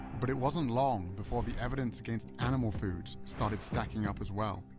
but it wasn't long before the evidence against animal foods started stacking up as well.